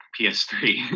PS3